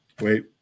Wait